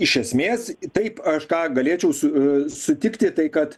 iš esmės taip aš ką galėčiau su sutikti tai kad